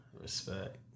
Respect